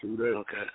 Okay